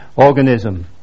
Organism